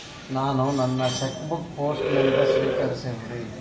ನಾನು ನನ್ನ cheque book post ಲಿಂದ ಸ್ವೀಕರಿಸಿವ್ರಿ